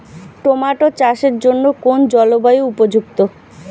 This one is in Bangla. টোমাটো চাষের জন্য কোন জলবায়ু উপযুক্ত?